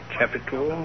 capital